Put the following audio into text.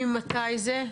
ממתי זה?